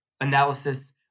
analysis